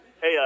Hey